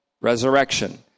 Resurrection